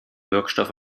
wirkstoff